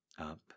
Up